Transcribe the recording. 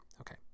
Okay